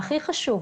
והכי חשוב,